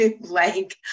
Blank